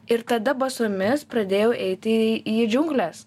ir tada basomis pradėjau eiti į džiungles